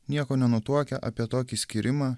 nieko nenutuokia apie tokį skyrimą